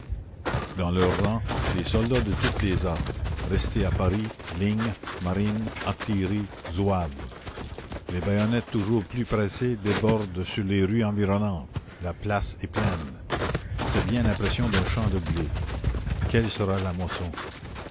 dans leurs rangs des soldats de toutes les armes restés à paris ligne marine artillerie zouaves les baïonnettes toujours plus pressées débordent sur les rues environnantes la place est pleine c'est bien l'impression d'un champ de blé quelle sera la moisson